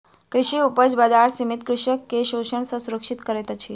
कृषि उपज बजार समिति कृषक के शोषण सॅ सुरक्षित करैत अछि